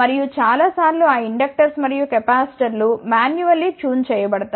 మరియు చాలా సార్లు ఆ ఇండక్టర్స్ మరియు కెపాసిటర్లు మాన్యువల్లీ ట్యూన్ చేయబడతాయి